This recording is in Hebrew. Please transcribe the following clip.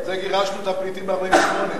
גירשנו את, ב-48'.